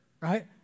right